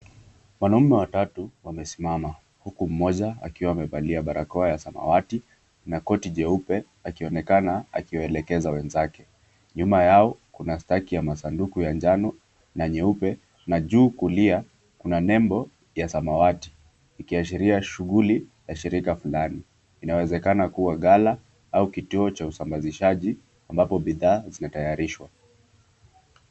Wanaume watatu wamesimama huku mmoja akiwa amevalia barakoa ya samawati na koti jeupe anaonekana akiwaelekeza wenzake. Nyuma yao kuna staki ya masanduku ya njano na nyeupe na juu kulia kuna nembo ya samawati, ikiashiria shughuli ya shirika fulani. Inawezekana kuwa ghala au kituo cha usambazaji ambapo bidhaa zinatayarishwa.